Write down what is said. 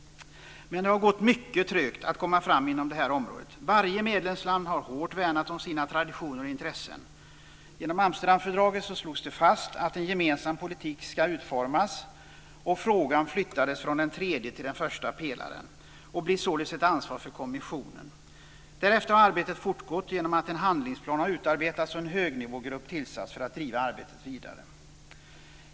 Men det har gått mycket trögt att komma fram inom det här området. Varje medlemsland har värnat hårt om sina traditioner och intressen. Genom Amsterdamfördraget slogs det fast att en gemensam politik ska utformas, och frågan flyttades från den tredje till den första pelaren och blev således ett ansvar för kommissionen. Därefter har arbetet fortgått genom att en handlingsplan utarbetats och en högnivågrupp tillsatts för att driva arbetet vidare.